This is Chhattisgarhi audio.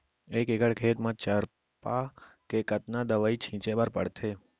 एक एकड़ खेत म चरपा के कतना दवई छिंचे बर पड़थे?